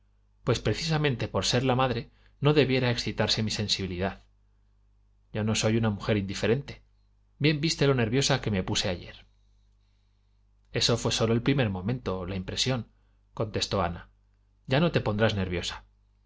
pues precisamente por ser la madre no debiera excitarse mi sensibilidad yo no soy una mujer indiferente bien viste lo nerviosa que me puse ayer eso fué sólo el primer momento la impresióncontestó ana ya no te pondrás nerviosa